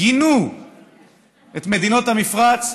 גינו את מדינות המפרץ,